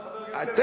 שזה,